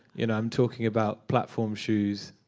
you know i'm talking about platform shoes.